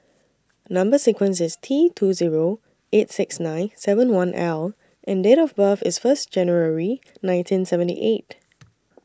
Number sequence IS T two Zero eight six nine seven one L and Date of birth IS First January nineteen seventy eight